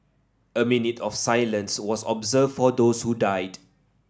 a minute of silence was observed for those who died